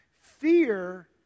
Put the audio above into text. Fear